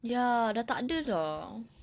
ya sudah tak ada sudah